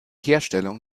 herstellung